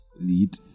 lead